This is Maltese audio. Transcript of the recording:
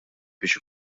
biex